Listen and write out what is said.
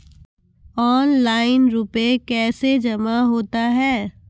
Online रुपये कैसे जमा होता हैं?